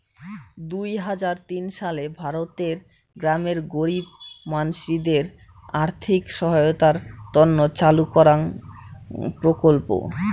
দুই হাজার তিন সালে ভারতের গ্রামের গরীব মানসিদের আর্থিক সহায়তার তন্ন চালু করাঙ প্রকল্প